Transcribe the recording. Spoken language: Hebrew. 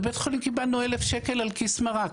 בבית חולים קיבלנו 1,000 שקל על כיס מרה.